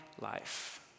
life